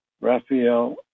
Raphael